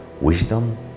wisdom